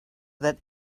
that